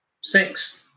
six